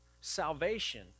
salvation